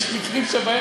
יש לך עוד דקה